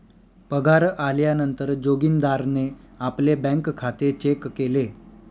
पगार आल्या नंतर जोगीन्दारणे आपले बँक खाते चेक केले